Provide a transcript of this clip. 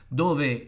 dove